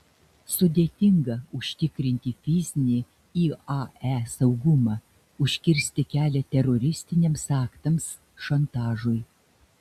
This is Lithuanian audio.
sudėtinga užtikrinti fizinį iae saugumą užkirsti kelią teroristiniams aktams šantažui